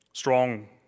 Strong